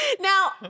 Now